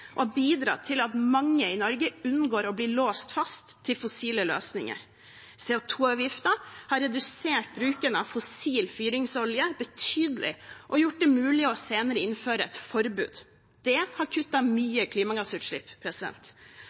og har bidratt til at mange i Norge unngår å bli låst fast til fossile løsninger. CO 2 -avgiften har redusert bruken av fossil fyringsolje betydelig og gjort det mulig senere å innføre et forbud. Det har kuttet mye klimagassutslipp.